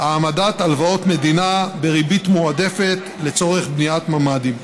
העמדת הלוואות מדינה בריבית מועדפת לצורך בניית ממ"דים,